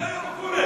אקוניס.